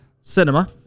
cinema